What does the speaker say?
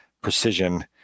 precision